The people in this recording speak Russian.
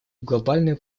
глобальную